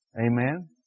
Amen